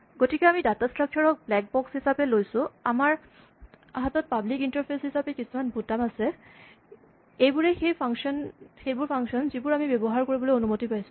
গতিকে আমি data structure ক ব্লেক বক্স হিচাপে লৈছো আৰু আমাৰ হাতত পাব্লিক ইন্টাৰফেচ হিচাপে কিছুমান বুটাম আছে এইবোৰেই সেইবোৰ ফাংচন যিবোৰ আমি ব্যৱহাৰ কৰিবলৈ অনুমতি পাইছোঁ